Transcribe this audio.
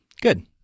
Good